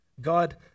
God